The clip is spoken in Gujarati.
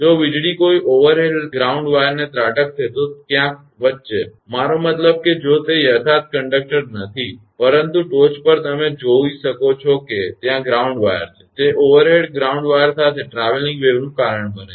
જો વીજળી કોઈ ઓવરહેડ ગ્રાઉન્ડ વાયરને ત્રાટકશે તો ક્યાંક વચ્ચે મારો મતલબ કે જો તે યથાર્થ કંડક્ટર નથી પરંતુ ટોચ પર તમે જોઈ શકો છો કે ત્યાં ગ્રાઉન્ડ વાયર છે તે ઓવરહેડ ગ્રાઉન્ડ વાયર સાથે ટ્રાવેલીંગ વેવનું કારણ બને છે